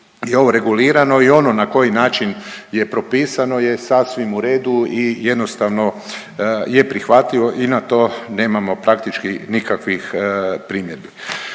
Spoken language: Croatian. je ovo regulirano i ono na koji način je propisano je sasvim u redu i jednostavno je prihvatljivo i na to nemamo praktički nikakvih primjedbi.